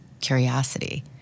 curiosity